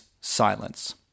silence